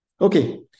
Okay